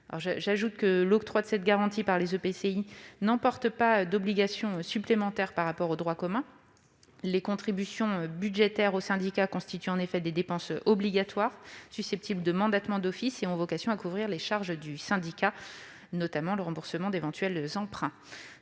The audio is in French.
J'ajoute que l'octroi de cette garantie par les EPCI n'emporte pas d'obligation supplémentaire par rapport au droit commun. Les contributions budgétaires au syndicat constituent en effet des dépenses obligatoires susceptibles de mandatement d'office et ont vocation à couvrir les charges du syndicat, notamment le remboursement d'éventuels emprunts.